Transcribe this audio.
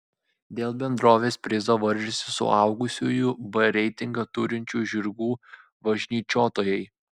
dėl bendrovės prizo varžėsi suaugusiųjų b reitingą turinčių žirgų važnyčiotojai